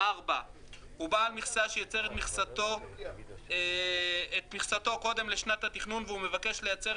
הוא בעל מכסה שייצר את מכסתו קודם לשנת התכנון והוא מבקש לייצר